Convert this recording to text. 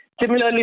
Similarly